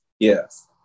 Yes